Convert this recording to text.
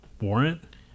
Warrant